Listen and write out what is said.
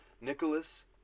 Nicholas